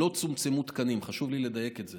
לא צומצמו תקנים, חשוב לי לדייק את זה.